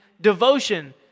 devotion